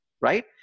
right